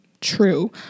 true